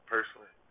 Personally